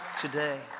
today